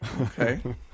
Okay